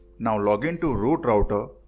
now login to root router.